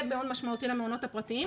זה מאוד משמעותי למעונות הפרטיים.